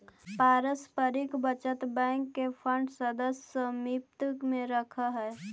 पारस्परिक बचत बैंक के फंड सदस्य समित्व से रखऽ हइ